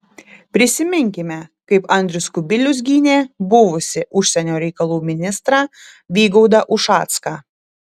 prisiminkime kaip andrius kubilius gynė buvusį užsienio reikalų ministrą vygaudą ušacką